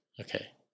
Okay